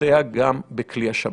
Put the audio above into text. להסתייע גם בכלי השב"כ.